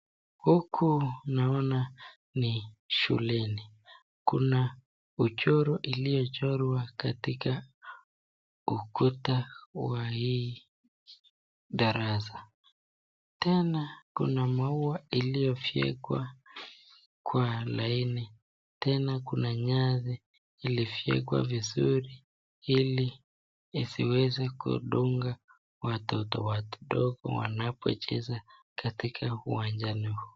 Huku naona ni shuleni kuna uchoro uliyochorwa katika ukuta huo kwa hii darasa ,tena kuna maua iliyowekwa kwa laini ,tena kuna nyasi ilifyekwa vizuri ili usiweze kudunga watoto wadogo wanapocheza katika uwanjani huo.